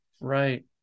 Right